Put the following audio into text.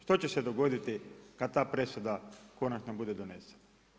Što će se dogoditi kada ta presuda konačno bude donesena?